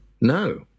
No